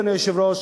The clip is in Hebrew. אדוני היושב-ראש,